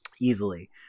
Easily